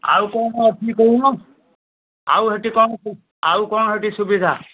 ଆଉ କ'ଣ ଅଛି କହୁନ ଆଉ ହେଟି କ'ଣ ସୁ ଆଉ କ'ଣ ହେଟି ସୁବିଧା